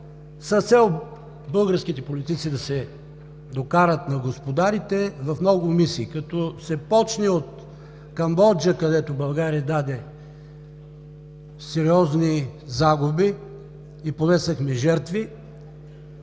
с цел българските политици да се докарат на господарите. Като се започне от Камбоджа, където България даде сериозни загуби и понесохме жертви,